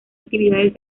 actividades